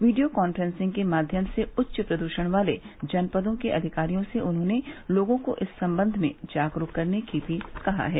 video conferencing के माध्यम से उच्च प्रद्षण वाले जनपदों के अधिकारियों से उन्होंने लोगों को इस संबंध में जागरूक करने को भी कहा है